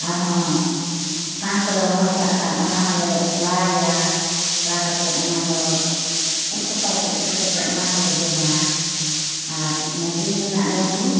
ᱟᱨ ᱦᱚᱸ ᱥᱟᱝ ᱠᱚᱞᱮ ᱨᱚᱦᱚᱭ ᱠᱟᱜ ᱠᱷᱟᱱ ᱚᱱᱟ ᱦᱚᱞᱮ ᱞᱟᱭᱟ ᱞᱟ ᱠᱟᱛᱮ ᱚᱱᱟ ᱫᱚ ᱟᱹᱨᱩᱵ ᱥᱟᱯᱷᱟ ᱠᱟᱛᱮ ᱛᱤᱠᱤ ᱠᱟᱛᱮ ᱚᱱᱟ ᱦᱚᱞᱮ ᱡᱚᱢᱟ ᱟᱨ ᱚᱱᱮ ᱵᱤᱨ ᱨᱮᱱᱟ ᱰᱩᱢᱨᱩ